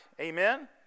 Amen